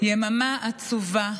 יממה עצובה,